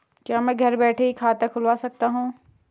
क्या मैं घर बैठे ही खाता खुलवा सकता हूँ?